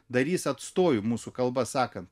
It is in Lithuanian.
darys atstojų mūsų kalba sakant